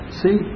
see